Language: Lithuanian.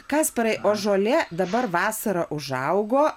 kasparai o žolė dabar vasarą užaugo